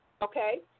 Okay